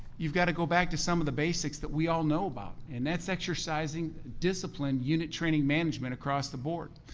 you've got to go back to some of the basics that we all know about. and that's exercising disciplined unit training management across the board.